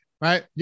right